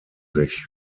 sich